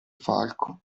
falco